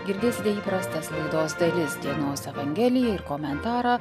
girdėsite įprastas laidos dalis dienos evangeliją ir komentarą